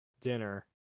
dinner